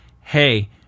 Hey